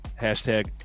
Hashtag